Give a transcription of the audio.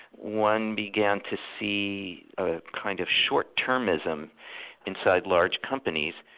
one began to see a kind of short-termism inside large companies.